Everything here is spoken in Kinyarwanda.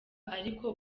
ariko